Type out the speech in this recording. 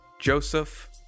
joseph